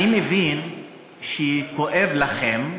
אני מבין שכואב לכם,